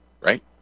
right